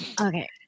Okay